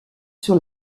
sur